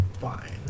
Fine